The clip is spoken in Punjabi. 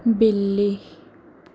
ਬਿੱਲੀ